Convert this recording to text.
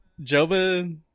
Joba